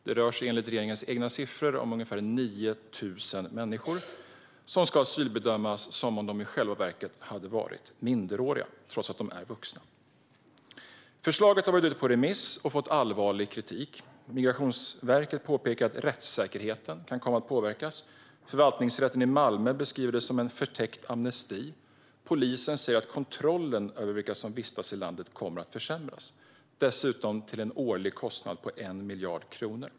Det rör sig enligt regeringens egna siffror om ungefär 9 000 människor som ska asylbedömas som om de hade varit minderåriga trots att de är vuxna. Förslaget har varit ute på remiss och fått allvarlig kritik. Migrationsverket påpekar att rättssäkerheten kan komma att påverkas. Förvaltningsrätten i Malmö beskriver det som en förtäckt amnesti. Polisen säger att kontrollen över vilka som vistas i landet kommer att försämras. Dessutom blir det en årlig kostnad för detta på 1 miljard kronor.